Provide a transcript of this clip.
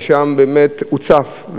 ששם באמת זה הוצף.